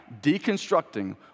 deconstructing